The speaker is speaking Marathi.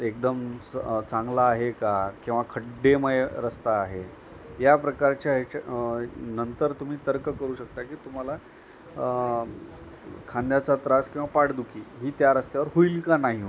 एकदम स चांगला आहे का किंवा खड्डेमय रस्ता आहे या प्रकारच्या ह्याच्या नंतर तुम्ही तर्क करू शकता की तुम्हाला खांद्याचा त्रास किंवा पाठदुखी ही त्या रस्त्यावर होईल का नाही हो